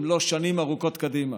אם לא שנים ארוכות קדימה.